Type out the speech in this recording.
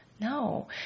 No